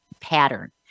pattern